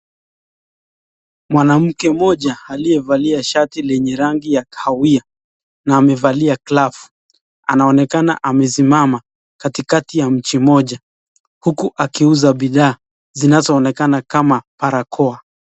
Mwanamke mmoja aliyevalia shati lenye rangi ya kahawia na amevalia glavu anaonekana amesimama katikati ya mchi mmoja huku akiuza bidhaa zinazoonekana kama barakoa.